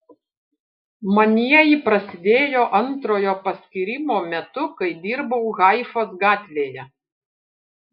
manieji prasidėjo antrojo paskyrimo metu kai dirbau haifos gatvėje